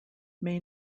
may